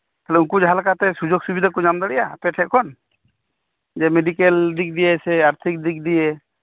ᱩᱱᱠᱩ ᱡᱟᱦᱟᱸ ᱞᱮᱠᱟᱛᱮ ᱥᱩᱡᱚᱜᱽ ᱥᱩᱵᱤᱫᱷᱟᱠᱚ ᱧᱟᱢ ᱫᱟᱲᱮᱭᱟᱜᱼᱟ ᱟᱯᱮᱴᱷᱮᱱ ᱠᱷᱚᱱ ᱡᱮ ᱢᱮᱰᱤᱠᱮᱞ ᱫᱤᱠᱫᱤᱭᱮ ᱥᱮ ᱟᱨᱛᱷᱤᱠ ᱫᱤᱠᱫᱤᱭᱮ